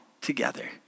together